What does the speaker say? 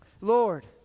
Lord